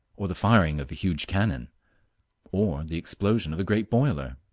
or the firing of a huge cannon or the explosion of a great boiler.